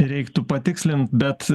reiktų patikslint bet